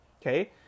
Okay